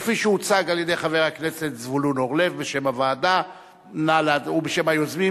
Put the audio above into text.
כפי שהוצגה על-ידי חבר הכנסת זבולון אורלב בשם הוועדה ובשם היוזמים.